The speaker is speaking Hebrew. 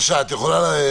בארץ.